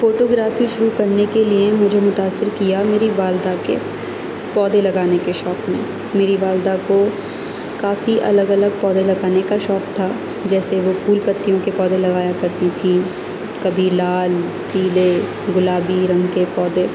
photography شروع کرنے کے لیے مجھے متاثر کیا میری والدہ کے پودے لگانے کے شوق نے میری والدہ کو کافی الگ الگ پودے لگانے کا شوق تھا جیسے وہ پھول پتیوں کے پودے لگایا کرتی تھیں کبھی لال پیلے گلابی رنگ کے پودے